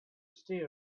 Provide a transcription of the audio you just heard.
stay